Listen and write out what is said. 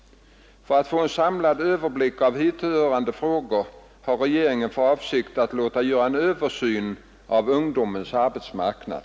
För att få en samlad överblick av hithörande frågor har regeringen för avsikt att låta göra en översyn av ungdomens arbetsmarknad.